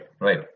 right